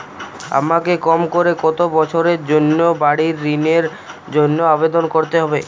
আমাকে কম করে কতো বছরের জন্য বাড়ীর ঋণের জন্য আবেদন করতে হবে?